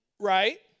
Right